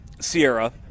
Sierra